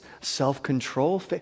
self-control